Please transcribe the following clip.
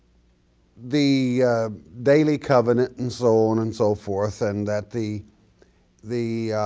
the daily covenant and so on and so forth and that the the